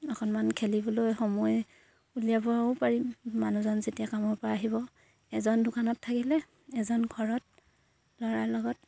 অকণমান খেলিবলৈ সময় উলিয়াবও পাৰিম মানুহজন যেতিয়া কামৰ পৰা আহিব এজন দোকানত থাকিলে এজন ঘৰত ল'ৰাৰ লগত